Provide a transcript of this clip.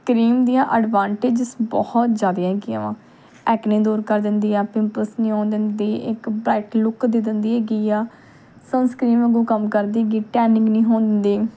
cream ਦੀਆਂ advantages ਬਹੁਤ ਜ਼ਿਆਦਾ ਹੈਗੀਆਂ ਵਾ ਐਕਨੇ ਦੂਰ ਕਰ ਦਿੰਦੀ ਆ ਪਿੰਪਲਸ ਨਹੀਂ ਹੋਣ ਦਿੰਦੀ ਇੱਕ ਬਰਾਈਟ ਲੁੱਕ ਦੇ ਦਿੰਦੀ ਹੈਗੀ ਆ ਸੰਨਸਕ੍ਰੀਮ ਵਾਂਗੂ ਕੰਮ ਕਰਦੀ ਹੈਗੀ ਟੈਨਿੰਗ ਨਹੀਂ ਹੋਣ ਦਿੰਦੀ